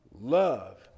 love